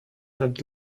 not